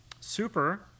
Super